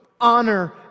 Honor